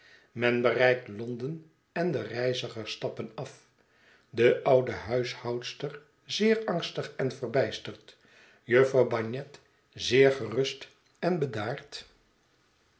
men bereikt londen en de reizigers stappen af de oude huishoudster zeer angstig en verbijsterd jufvrouw bagnet zeer gerust en bedaard